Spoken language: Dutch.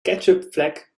ketchupvlek